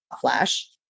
flash